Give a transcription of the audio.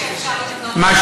אם יש לך עקרונות,